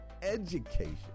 education